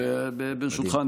ברשותך,